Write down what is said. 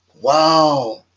Wow